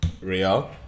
Real